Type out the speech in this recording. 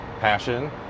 passion